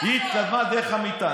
היא התקדמה דרך המיטה.